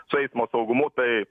su eismo saugumu tai